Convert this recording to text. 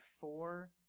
four